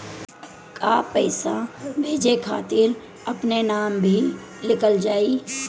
का पैसा भेजे खातिर अपने नाम भी लिकल जाइ?